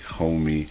homie